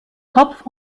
kopf